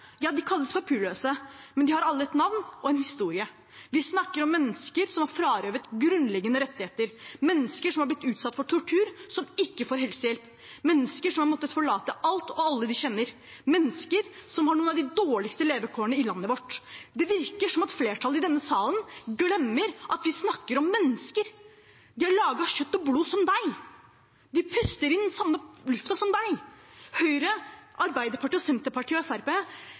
Ja, de kalles papirløse, men de har alle et navn og en historie. Vi snakker om mennesker som er frarøvet grunnleggende rettigheter, om mennesker som er blitt utsatt for tortur, som ikke får helsehjelp. Det er mennesker som har måttet forlate alt og alle de kjenner, mennesker som har noen av de dårligste levekårene i landet vårt. Det virker som om flertallet i denne salen glemmer at vi snakker om mennesker. De er laget av kjøtt og blod, som deg. De puster inn den samme luften som deg. Høyre, Arbeiderpartiet, Senterpartiet og